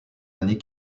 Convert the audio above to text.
années